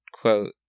quote